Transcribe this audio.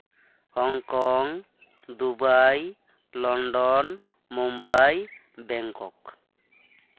Hong Kong Dubai London Mumbai Bangkok